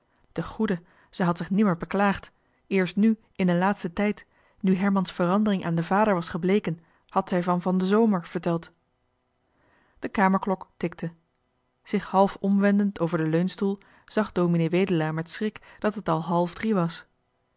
de goede zij had zich nimmer beklaagd eerst nu in den laatsten tijd nu herman's verandering aan den vader was gebleken had zij van van den zomer verteld de kamerklok tikte zich half omwendend over den leunstoel zag dominee wedelaar met schrik dat het al half drie was